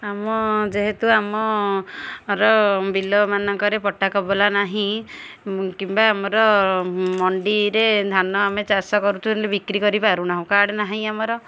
ଆମ ଯେହେତୁ ଆମ ର ବିଲ ମାନଙ୍କରେ ପଟା କବଲା ନାହିଁ କିମ୍ବା ଆମର ମଣ୍ଡିରେ ଧାନ ଆମେ ଚାଷ କରୁଛୁ ବୋଲି ବିକ୍ରି କରିପାରୁ ନାହୁଁ କାର୍ଡ଼ ନାହିଁ ଆମର